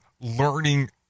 learning